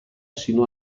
sino